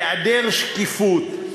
היעדר שקיפות,